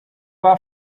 war